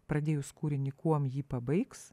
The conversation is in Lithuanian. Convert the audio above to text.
pradėjus kūrinį kuom jį pabaigs